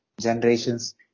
generations